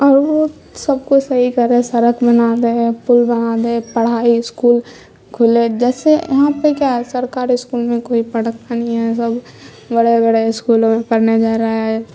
اور وہ سب کو صحیح کرے سڑک بنا دے پل بنا دے پڑھائی اسکول کھولے جیسے یہاں پہ کیا سرکار اسکول میں کوئی پڑھتا نہیں ہے سب بڑے بڑے اسکولوں میں پڑھنے جا رہا ہے